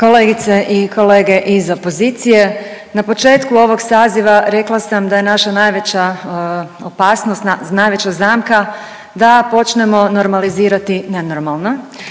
Kolegice i kolege iz opozicije, na početku ovog saziva rekla sam da je naša najveća opasnost, najveća zamka da počnemo normalizirati nenormalno,